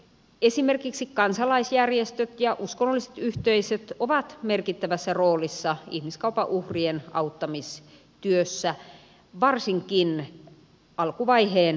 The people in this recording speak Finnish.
esimerkiksi kansalaisjärjestöt ja uskonnolliset yhteisöt ovat merkittävässä roolissa ihmiskaupan uhrien auttamistyössä varsinkin alkuvaiheen tunnistamisessa